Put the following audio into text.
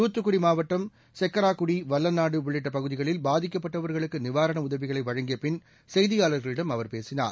தூத்துக்குடி மாவட்டம் செக்கராக்குடி வல்லநாடு உள்ளிட்ட பகுதிகளில் பாதிக்கப்பட்டவர்களுக்கு நிவாரண உதவிகளை வழங்கிய பின் செய்தியாளர்களிடம் அவர் பேசினார்